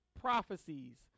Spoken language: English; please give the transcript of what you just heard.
prophecies